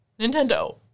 Nintendo